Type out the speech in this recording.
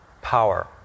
Power